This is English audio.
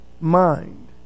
mind